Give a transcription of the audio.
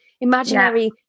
imaginary